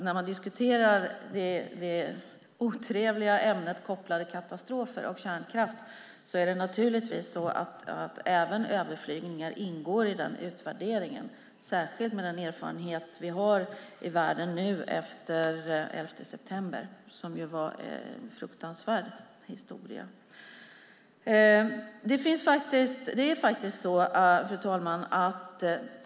När man diskuterar det otrevliga ämnet kopplade katastrofer och kärnkraft ingår förstås även överflygningar i den utvärderingen, särskilt med den erfarenhet som vi har i världen efter den 11 september, som var en fruktansvärd historia. Fru talman!